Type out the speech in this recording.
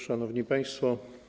Szanowni Państwo!